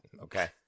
okay